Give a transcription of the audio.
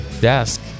desk